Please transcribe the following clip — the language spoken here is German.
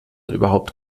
überhaupt